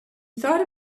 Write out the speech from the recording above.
thought